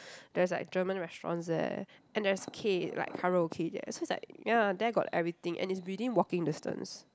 there's like German restaurants there and there's K like karaoke there so it's like ya there got everything and it's within walking distance